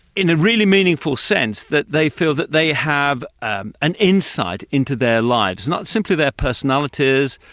in a really meaningful sense, that they feel that they have ah an insight into their lives, not simply their personalities,